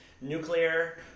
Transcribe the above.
nuclear